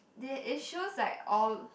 they it shows like all